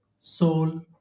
soul